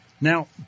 Now